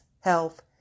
health